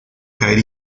caer